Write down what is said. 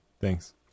Thanks